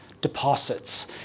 Deposits